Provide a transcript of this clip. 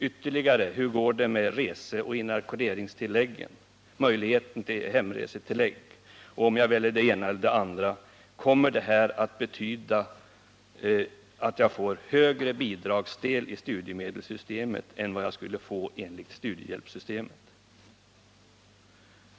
Ytterligare: Hur går det med reseoch inackorderingstillägg, möjligheten till hemresetillägg om jag väljer det ena eller det andra? Kommer det här att betyda att jag får högre bidragsdel i studiemedelssystemet än vad jag skulle få enligt studiehjälpssystemet?